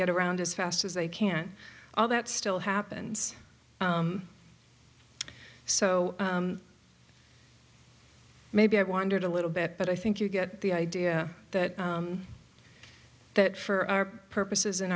get around as fast as they can all that still happens so maybe i wandered a little bit but i think you get the idea that that for our purposes in